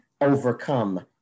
overcome